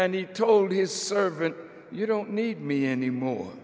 and he told his servant you don't need me anymore